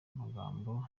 amagambo